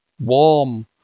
Warm